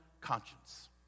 conscience